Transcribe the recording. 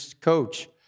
coach